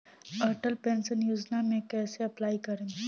Atal Pension Yojana मे कैसे apply करेम?